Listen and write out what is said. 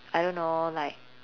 I don't know like